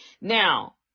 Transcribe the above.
Now